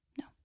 No